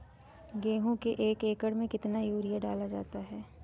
गेहूँ के एक एकड़ में कितना यूरिया डाला जाता है?